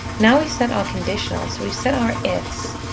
now, we set our conditionals, so we set our ifs.